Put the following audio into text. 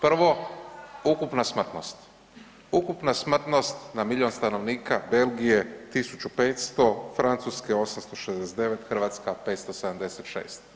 Prvo, ukupna smrtnost, ukupna smrtnost na milijun stanovnika Belgije 1.500, Francuske 869, Hrvatska 576.